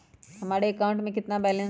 हमारे अकाउंट में कितना बैलेंस है?